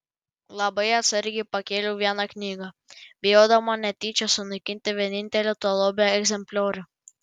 labai atsargiai pakėliau vieną knygą bijodama netyčia sunaikinti vienintelį to lobio egzempliorių